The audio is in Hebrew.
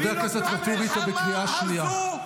חבר הכנסת ואטורי, קריאה שנייה.